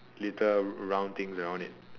little round things around it